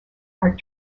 are